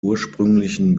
ursprünglichen